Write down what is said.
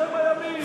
בשם הימין.